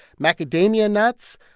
macadamia nuts,